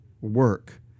work